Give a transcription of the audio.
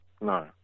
no